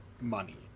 money